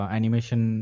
animation